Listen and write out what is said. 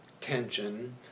tension